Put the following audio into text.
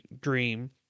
dream